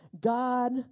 God